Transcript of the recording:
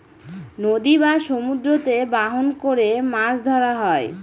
নদী বা সমুদ্রতে বাহন করে মাছ ধরা হয়